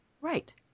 Right